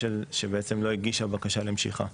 שבעצם לא הגישה בקשה למשיכה.